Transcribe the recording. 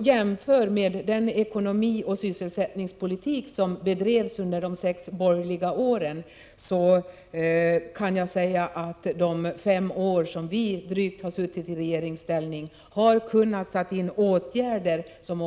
Jämför man med den ekonomiska politik och den sysselsättningspolitik som fördes under de sex borgerliga åren, kan man säga att socialdemokraterna under de senaste drygt fem åren i regeringsställning har vidtagit åtgärder som